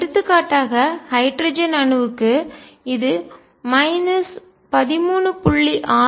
எடுத்துக்காட்டாக ஹைட்ரஜன் அணுவுக்கு இது 13